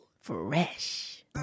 Fresh